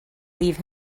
leave